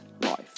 life